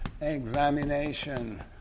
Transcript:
examination